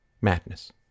madness